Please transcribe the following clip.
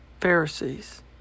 Pharisees